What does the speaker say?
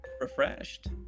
refreshed